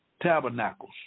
Tabernacles